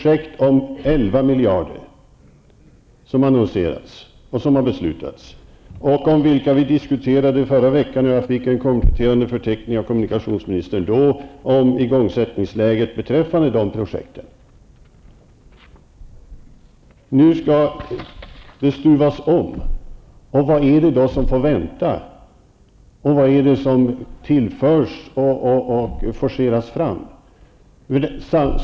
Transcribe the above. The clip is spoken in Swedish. Det är projekt om Vi diskuterade dem förra veckan och då fick jag en kompletterande förteckning av kommunikationsministern om igångsättningsläget beträffande de här projekten. Nu skall det stuvas om. Vad är det då som får vänta? Vad är det som tillförs och forceras fram?